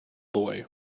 boy